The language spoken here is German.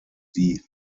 die